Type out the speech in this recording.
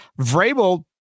Vrabel